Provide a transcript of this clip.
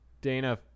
Dana